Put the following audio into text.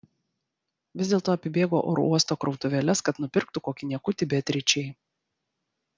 vis dėlto apibėgo oro uosto krautuvėles kad nupirktų kokį niekutį beatričei